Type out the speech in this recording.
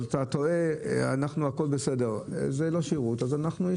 הם אומרים שאני טועה והם בסדר ואין להם שירות אז יש